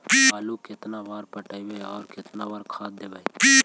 आलू केतना बार पटइबै और केतना बार खाद देबै?